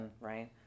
right